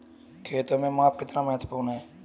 खेत में माप कितना महत्वपूर्ण है?